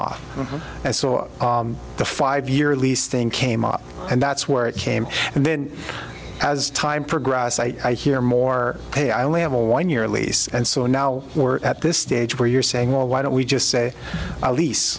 so the five year lease thing came up and that's where it came and then as time progressed i hear more hey i only have a one year lease and so now we're at this stage where you're saying well why don't we just say a lease